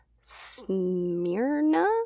Smyrna